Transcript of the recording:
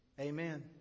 Amen